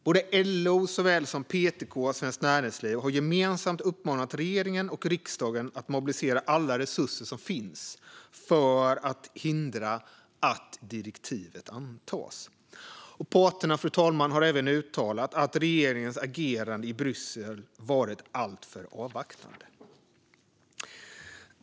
Såväl LO som PTK och Svenskt Näringsliv har gemensamt uppmanat regeringen och riksdagen att mobilisera alla resurser som finns för att hindra att direktivet antas. Parterna har även uttalat att regeringens agerande i Bryssel har varit alltför avvaktande, fru talman.